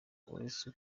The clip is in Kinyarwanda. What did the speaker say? uretse